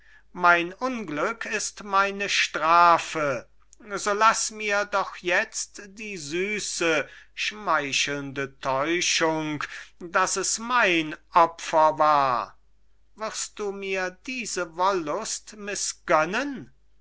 mein busen getragen mein unglück ist meine strafe so laß mir doch jetzt die süße schmeichelnde täuschung daß es mein opfer war wirst du mir diese